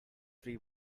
three